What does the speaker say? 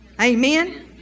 Amen